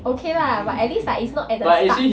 okay lah but at least like it's not at the start